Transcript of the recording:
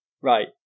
Right